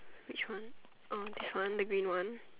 which one uh this one the green one